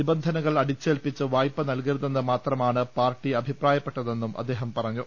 നിബന്ധനകൾ അടിച്ചേൽപ്പിച്ച് വായ്പ നല്കരുതെന്ന് മാത്രമാണ് പാർട്ടി അഭി പ്രായപ്പെട്ടതെന്നും അദ്ദേഹം പറഞ്ഞു